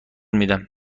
میدم